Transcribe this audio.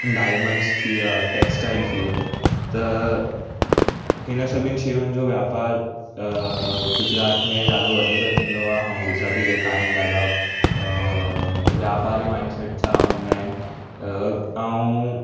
diamonds थी विया textile थी वियो त हिन सभिनी शयुनि जो वापारु गुजरात में ॾाढो वधीक थींदो आहे गुजराती जेका आहिनि ॾाढा वापारी माइंड सैट सां हूंदा आहिनि ऐं